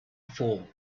full